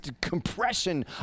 compression